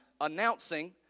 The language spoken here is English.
announcing